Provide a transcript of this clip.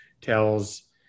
tells